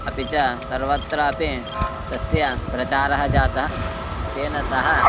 अपि च सर्वत्रापि तस्य प्रचारः जातः तेन सह